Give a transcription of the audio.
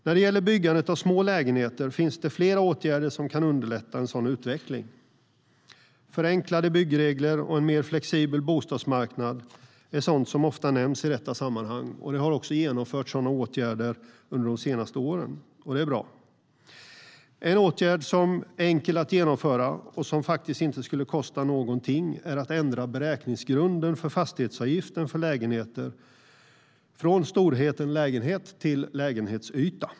När det gäller byggandet av små lägenheter finns det flera åtgärder som kan underlätta en sådan utveckling. Förenklade byggregler och en mer flexibel bostadsmarknad är sådant som ofta nämns i detta sammanhang. Det har också genomförts sådana åtgärder under de senaste åren, och det är bra. En åtgärd som är enkel att genomföra och som faktiskt inte skulle kosta något är att ändra beräkningsgrunden för fastighetsavgiften för lägenheter från storheten lägenhet till lägenhetsyta.